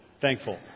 thankful